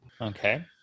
Okay